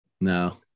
No